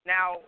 Now